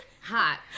Hot